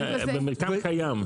במרקם קיים.